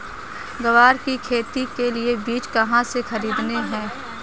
ग्वार की खेती के लिए बीज कहाँ से खरीदने हैं?